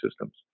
systems